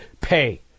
pay